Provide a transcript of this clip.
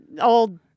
old